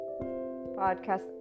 podcast